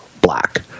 black